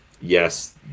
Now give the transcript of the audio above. Yes